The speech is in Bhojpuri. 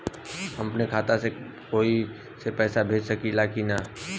हम अपने खाता से कोई के पैसा भेज सकी ला की ना?